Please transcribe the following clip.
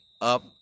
up